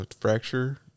fracture